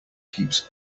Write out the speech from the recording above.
keeps